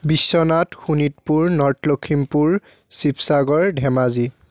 Biswanath Sonitpur north Lakhimpur Sivasagar Dhemaji